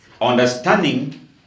Understanding